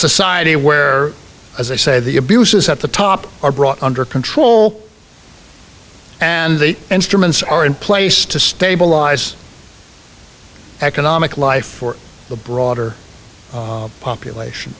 society where as i say the abuses at the top are brought under control and the instruments are in place to stabilize economic life for the broader population